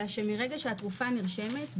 אלא שמרגע שהתרופה נרשמת,